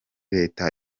leta